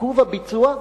עיכוב הביצוע?